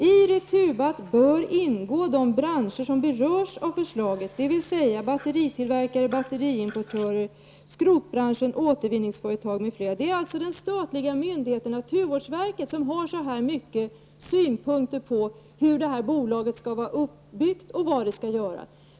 I Returbatt bör ingå de branscher som berörs av förslaget dvs. batteritillverkare, batteriimportörer, skrotbranschen, återvinningsföretag m.fl.'' Det är alltså det statliga myndigheten naturvårdsverkets synpunkter på hur det här bolaget skall vara uppbyggt och vad det skall göra.